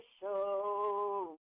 show